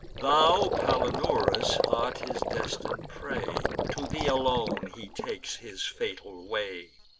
thou, palinurus, art his destin'd prey to thee alone he takes his fatal way.